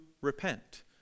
repent